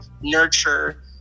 nurture